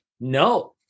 no